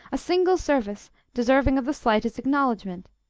a single service deserving of the slightest acknowledgment.